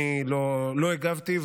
אני לא הגבתי,